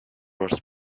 was